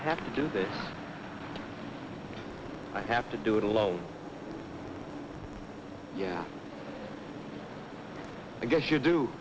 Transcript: tommy have to do that i have to do it alone yeah i guess you do